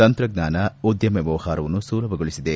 ತಂತ್ರಜ್ಞಾನ ಉದ್ದಮ ವ್ಯವಹಾರವನ್ನು ಸುಲಭಗೊಳಿಸಿದೆ